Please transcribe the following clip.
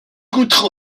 contre